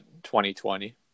2020